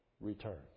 return